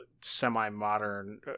semi-modern